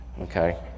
okay